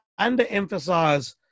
underemphasize